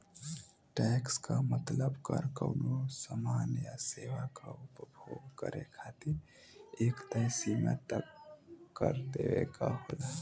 tax क मतलब कर कउनो सामान या सेवा क उपभोग करे खातिर एक तय सीमा तक कर देवे क होला